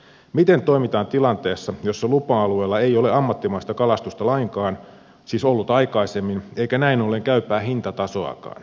miten toimitaan tilanteessa jossa lupa alueella ei ole aikaisemmin ollut ammattimaista kalastusta lainkaan eikä näin ollen käypää hintatasoakaan